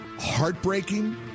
heartbreaking